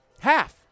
Half